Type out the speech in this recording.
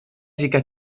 jika